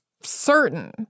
certain